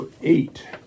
eight